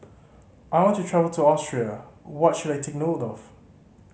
I want to travel to Austria what should I take note of